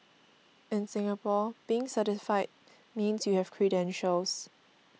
in Singapore being certified means you have credentials